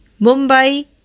Mumbai